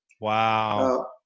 Wow